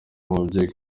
umubyeyi